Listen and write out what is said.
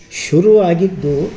ಶುರುವಾಗಿದ್ದು